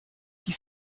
die